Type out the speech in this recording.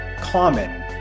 common